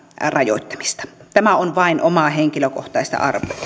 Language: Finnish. rajoittamista tämä on vain omaa henkilökohtaista